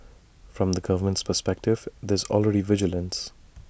from the government's perspective there's already vigilance